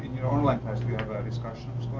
your online class do you have ah discussions